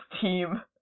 team